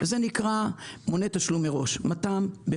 זה נקרא מונה תשלום מראש, מת"מ.